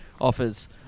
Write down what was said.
offers